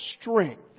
strength